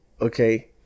okay